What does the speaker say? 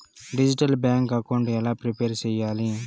Digital bank account ఎలా prepare సెయ్యాలి?